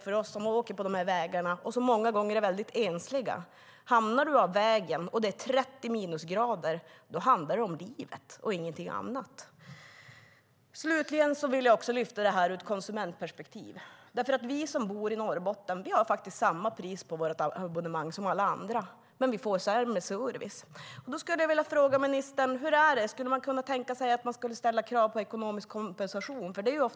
För oss som åker på dessa många gånger ensliga vägar finns det risk för att man kör av vägen. När det är 30 minusgrader handlar det om livet och ingenting annat. Slutligen vill jag lyfta fram detta ur ett konsumentperspektiv. Vi som bor i Norrbotten har samma pris på våra abonnemang som alla andra, men vi får sämre service. Då vill jag fråga ministern: Skulle man kunna tänka sig att ställa krav på ekonomisk kompensation?